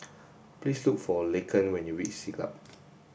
please look for Laken when you reach Siglap